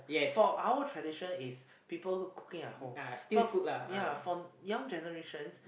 for our tradition is people cooking at home but ya for young generations